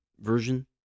version